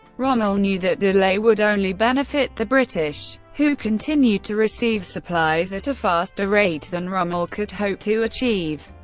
rommel knew that delay would only benefit the british, who continued to receive supplies at a faster rate than rommel could hope to achieve.